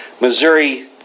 Missouri